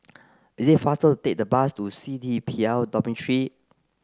it is faster to take the bus to C D P L Dormitory